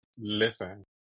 Listen